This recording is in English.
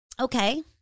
Okay